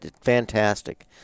fantastic